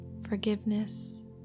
forgiveness